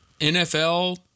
NFL